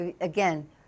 Again